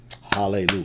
hallelujah